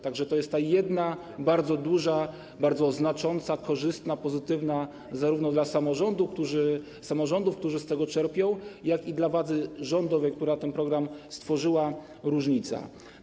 Tak że to jest ta jedna bardzo duża, bardzo znacząca, korzystna, pozytywna zarówno dla samorządów, które z tego czerpią, jak i dla władzy rządowej, która ten program stworzyła, różnica.